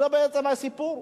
זה בעצם הסיפור.